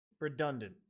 Redundant